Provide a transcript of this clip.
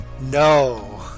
no